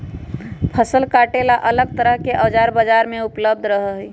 फसल काटे ला अलग तरह के औजार बाजार में उपलब्ध रहा हई